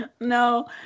no